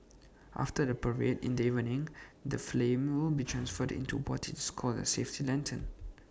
after the parade in the evening the flame will be transferred into what is called A safety lantern